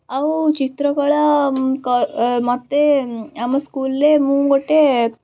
ଆଉ ଚିତ୍ରକଳା ମୋତେ ଆମ ସ୍କୁଲ୍ରେ ମୁଁ ଗୋଟେ